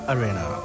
Arena